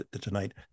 tonight